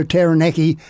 Taranaki